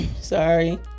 Sorry